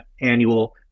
annual